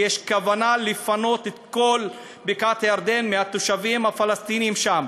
כי יש כוונה לפנות את כל בקעת-הירדן מהתושבים הפלסטינים שם,